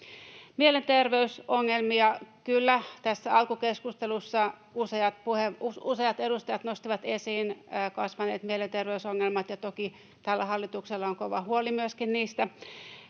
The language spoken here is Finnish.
Mielenterveysongelmat: Kyllä, tässä alkukeskustelussa useat edustajat nostivat esiin kasvaneet mielenterveysongelmat, ja toki tällä hallituksella on myöskin kova huoli niistä.